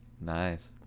Nice